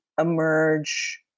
emerge